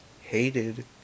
hated